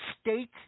State